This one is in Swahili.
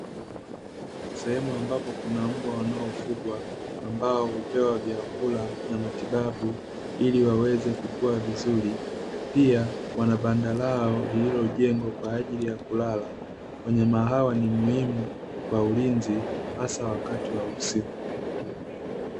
Sehemu ambapo kuna mbwa wanaofugwa, ambao hupewa vyakula na matibabu ili waweze kukua vizuri, pia wana banda lao lililojengwa kwa ajili ya kulala. Wanyama hawa ni muhimu kwa ulinzi hasa wakati wa usiku.